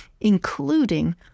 including